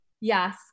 Yes